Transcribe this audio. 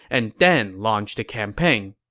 and then launch the campaign.